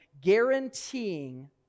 guaranteeing